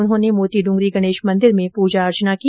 उन्होंने मोतीडूंगरी गणेश मंदिर में पूजा अर्चना की